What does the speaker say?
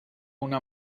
una